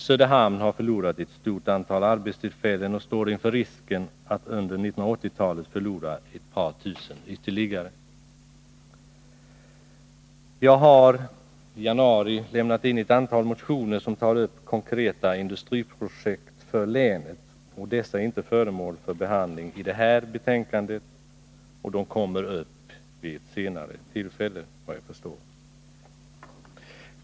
Söderhamn har förlorat ett stort antal arbetstillfällen och står inför risken att under 1980-talet förlora ett par tusen ytterligare. Jag har i januari lämnat in ett antal motioner som tar upp konkreta industriprojekt för länet. Dessa är inte föremål för behandling i det här betänkandet. De kommer upp vid ett senare tillfälle, efter vad jag förstår.